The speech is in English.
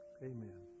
amen